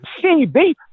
CB